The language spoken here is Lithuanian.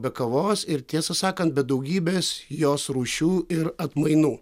be kavos ir tiesą sakant be daugybės jos rūšių ir atmainų